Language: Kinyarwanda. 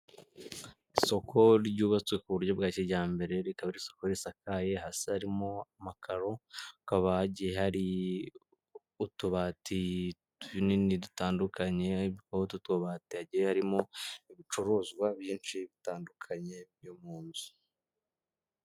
Isoko ryubatswe ku buryo bwa kijyambere rikaba risakaye hasi harimo amakaro, hakaba hagiye harimo utubati tunini dutandukanye kuri utwo utubati hagiye harimo ibicuruzwa byinshi bitandukanye byo mu nzu.